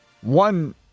One